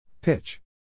pitch